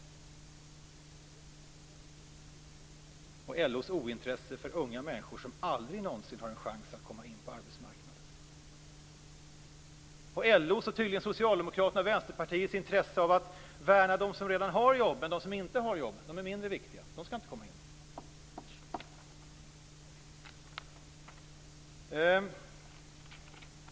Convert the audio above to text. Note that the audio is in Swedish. LO har ett ointresse för unga människor som aldrig någonsin har en chans att komma in på arbetsmarknaden. Och LO och tydligen också Socialdemokraterna och Vänsterpartiet har ett intresse av att värna dem som redan har jobb. Men de som inte har jobb är mindre viktiga. De skall inte komma in på arbetsmarknaden.